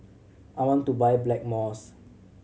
I want to buy Blackmores